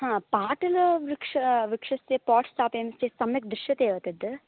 हा पाटलवृक्ष वृक्षस्य पाट् स्थापयामि चेत् सम्यक् दृश्यते वा तद्